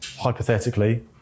hypothetically